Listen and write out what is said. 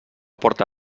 porta